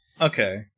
Okay